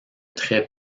très